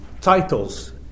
titles